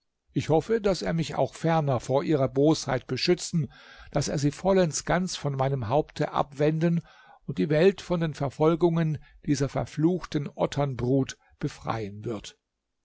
ich hoffe daß er mich auch ferner vor ihrer bosheit beschützen daß er sie vollends ganz von meinem haupte abwenden und die welt von den verfolgungen dieser verfluchten otternbrut befreien wird